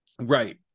Right